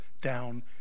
down